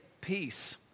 peace